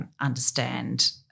Understand